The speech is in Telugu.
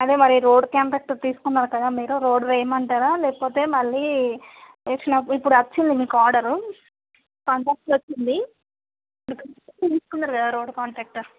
అదే మరి రోడ్డు కాంట్రాక్టర్ తీసుకున్నారు కదా మీరు రోడ్డు వేయమంటారా లేకపోతే మళ్ళీ వేసి ఇప్పుడు వచ్చింది మీకు ఆర్డరు కాంట్రాక్ట్ వచ్చింది తీసుకున్నారు కదా రోడ్ కాంట్రాక్ట్